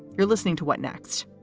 you're listening to what next?